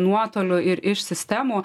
nuotoliu ir iš sistemų